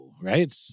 right